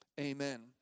Amen